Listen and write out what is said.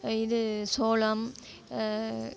இது சோளம்